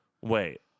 Wait